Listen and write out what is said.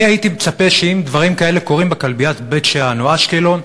אני הייתי מצפה שאם דברים כאלה קורים בכלביית בית-שאן או אשקלון,